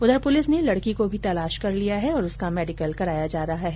उधर पुलिस ने लड़की को भी तलाश कर लिया है और उसका मेडिकल कराया जा रहा है